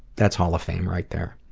that's hall of fame right there.